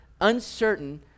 uncertain